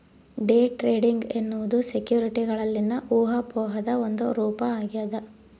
day trading ಎನ್ನುವುದು ಸೆಕ್ಯುರಿಟಿಗಳಲ್ಲಿನ ಊಹಾಪೋಹದ ಒಂದು ರೂಪ ಆಗ್ಯದ